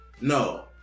No